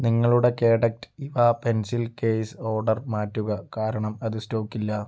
നിങ്ങളുടെ കേഡറ്റ് ഇവാ pencil case order മാറ്റുക കാരണം അത് സ്റ്റോക്കില്ല